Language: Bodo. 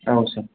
औ सार